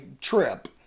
trip